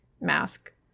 mask